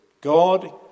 God